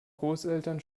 großeltern